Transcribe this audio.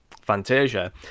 fantasia